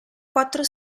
quattro